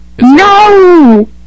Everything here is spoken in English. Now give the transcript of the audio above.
No